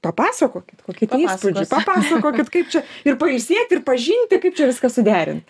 papasakokit kokių įspūdžių papasakokit kaip čia ir pailsėti ir pažinti kaip čia viską suderint